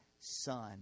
son